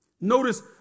Notice